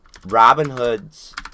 Robinhood's